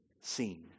seen